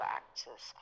actors